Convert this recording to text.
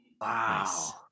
Wow